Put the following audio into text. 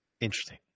interesting